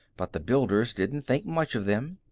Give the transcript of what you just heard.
but the builders didn't think much of them.